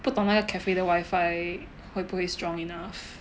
不懂那个 cafe 的 wi-fi 会不会 strong enough